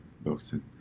boxing